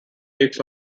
weeks